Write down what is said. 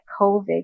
COVID